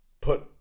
put